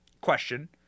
question